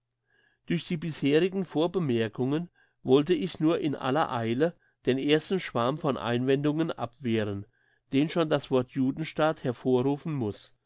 durch die bisherigen vorbemerkungen wollte ich nur in aller eile den ersten schwarm von einwendungen abwehren den schon das wort judenstaat hervorrufen muss